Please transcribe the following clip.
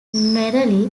merely